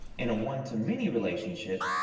in a one-to-many relationship,